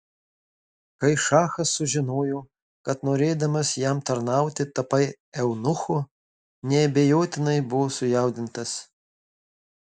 kai šachas sužinojo kad norėdamas jam tarnauti tapai eunuchu neabejotinai buvo sujaudintas